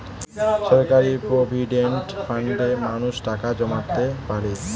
সরকারি প্রভিডেন্ট ফান্ডে মানুষ টাকা জমাতে পারে